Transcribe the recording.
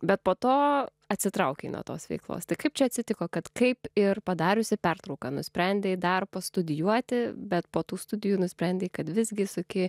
bet po to atsitraukei nuo tos veiklos tai kaip čia atsitiko kad kaip ir padariusi pertrauką nusprendei dar pastudijuoti bet po tų studijų nusprendei kad visgi suki